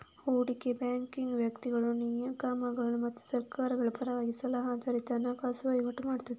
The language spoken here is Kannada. ಹೂಡಿಕೆ ಬ್ಯಾಂಕಿಂಗು ವ್ಯಕ್ತಿಗಳು, ನಿಗಮಗಳು ಮತ್ತು ಸರ್ಕಾರಗಳ ಪರವಾಗಿ ಸಲಹಾ ಆಧಾರಿತ ಹಣಕಾಸು ವೈವಾಟು ಮಾಡ್ತದೆ